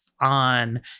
on